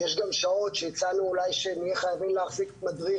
יש גם שעות שהצענו אולי שנהיה חייבים להחזיק מדריך,